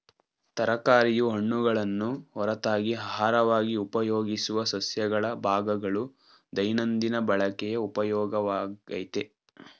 ತರಕಾರಿಯು ಹಣ್ಣುಗಳನ್ನು ಹೊರತಾಗಿ ಅಹಾರವಾಗಿ ಉಪಯೋಗಿಸುವ ಸಸ್ಯಗಳ ಭಾಗಗಳು ದೈನಂದಿನ ಬಳಕೆಯ ಉಪಯೋಗವಾಗಯ್ತೆ